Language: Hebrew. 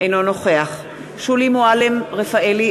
אינו נוכח שולי מועלם-רפאלי,